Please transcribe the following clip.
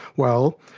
well,